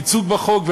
ייצוג בחוק,